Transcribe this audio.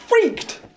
Freaked